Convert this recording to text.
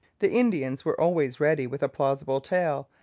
the indians were always ready with a plausible tale,